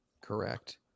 Correct